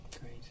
Great